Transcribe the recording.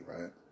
right